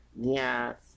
yes